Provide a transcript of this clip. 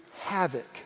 havoc